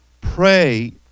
pray